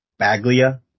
Baglia